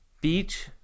Beach